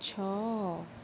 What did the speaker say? ଛଅ